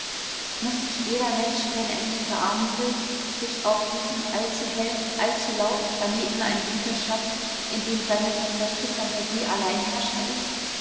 muß nicht jeder mensch wenn er nicht verarmen will sich auf diesem allzu hellen allzu lauten planeten einen winkel schaffen in dem seine verfolgte phantasie alleinherrscher ist